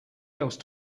else